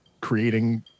creating